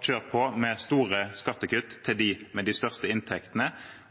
kjør på med store skattekutt til dem med de største inntektene,